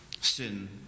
sin